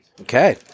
Okay